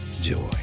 joy